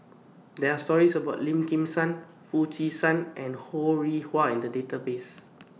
There Are stories about Lim Kim San Foo Chee San and Ho Rih Hwa in The Database